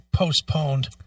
Postponed